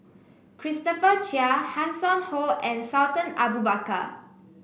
Christopher Chia Hanson Ho and Sultan Abu Bakar